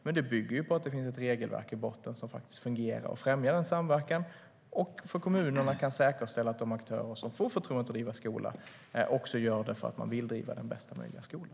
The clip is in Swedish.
Men det bygger på att det finns ett regelverk i botten som fungerar och främjar denna samverkan och som kan säkerställa för kommunerna att de aktörer som får förtroendet att driva skola gör det därför att man vill driva bästa möjliga skola.